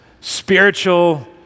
spiritual